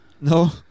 No